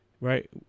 right